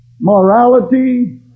morality